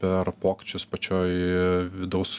per pokyčius pačioj vidaus